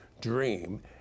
dream